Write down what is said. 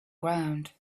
ground